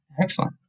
Excellent